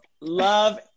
love